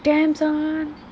damn son